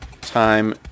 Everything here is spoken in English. time